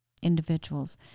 individuals